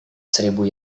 seribu